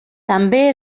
també